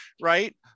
Right